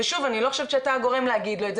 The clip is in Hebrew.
ושוב אני לא חושבת שאתה הגורם להגיד לו את זה.